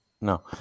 No